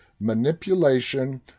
manipulation